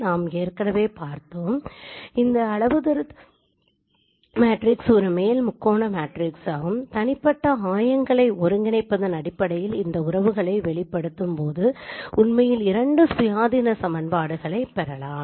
நாம் ஏற்கனவே பார்த்தோம் இந்த அளவுத்திருத்த மேட்ரிக்ஸ் ஒரு மேல் முக்கோண மேட்ரிக்ஸாகும் தனிப்பட்ட ஆயங்களை ஒருங்கிணைப்பதன் அடிப்படையில் இந்த உறவுகளை வெளிப்படுத்தும்போது உண்மையில் இரண்டு சுயாதீன சமன்பாடுகளைப் பெறலாம்